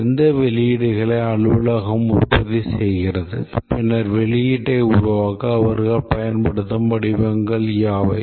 எந்த வெளியீடுகளை அலுவலகம் உற்பத்தி செய்கிறது பின்னர் வெளியீட்டை உருவாக்க அவர்கள் பயன்படுத்தும் வடிவங்கள் யாவை